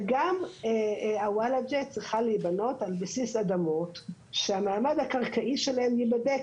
וגם הוולאג'ה צריכה להיבנות על בסיס אדמות שהמעמד הקרקעי שלהן ייבדק,